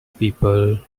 people